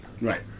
Right